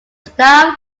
style